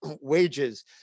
wages